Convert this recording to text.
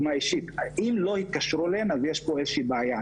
אם לא התקשרו אליהן, אז יש פה איזושהי בעיה.